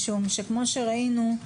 כפי שראינו,